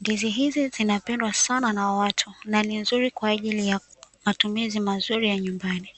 Ndizi hizi zinapendwa sana na watu na ni nzuri kwa ajili ya matumizi mazuri ya nyumbani.